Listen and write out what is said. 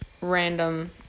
random